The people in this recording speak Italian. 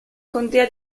contea